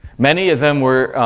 many of them were